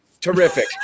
Terrific